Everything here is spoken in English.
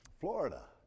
Florida